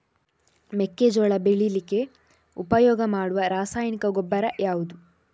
ಮೆಕ್ಕೆಜೋಳ ಬೆಳೀಲಿಕ್ಕೆ ಉಪಯೋಗ ಮಾಡುವ ರಾಸಾಯನಿಕ ಗೊಬ್ಬರ ಯಾವುದು?